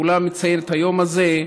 העולם מציין את היום הזה,